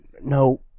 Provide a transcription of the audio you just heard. no